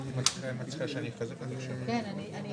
כאן בוועדה גם נדון בזה.